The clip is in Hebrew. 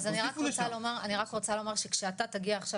אז אני רק רוצה לומר שכשאתה תגיע עכשיו